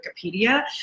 Wikipedia